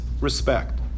respect